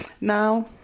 Now